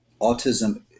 autism